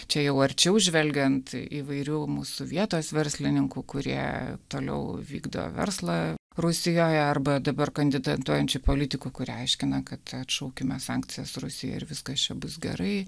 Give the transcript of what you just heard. čia jau arčiau žvelgiant įvairių mūsų vietos verslininkų kurie toliau vykdo verslą rusijoje arba dabar kandidatuojančių politikų kurie aiškina kad atšaukime sankcijas rusijai ir viskas čia bus gerai